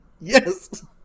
yes